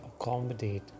accommodate